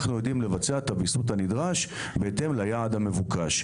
אנחנו יודעים לבצע את הוויסות הנדרש בהתאם ליעד המבוקש.